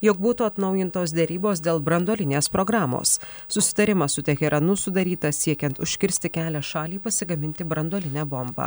jog būtų atnaujintos derybos dėl branduolinės programos susitarimas su teheranu sudarytas siekiant užkirsti kelią šaliai pasigaminti branduolinę bombą